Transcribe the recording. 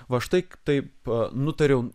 va štai taip nutariau